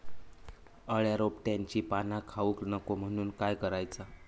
अळ्या रोपट्यांची पाना खाऊक नको म्हणून काय करायचा?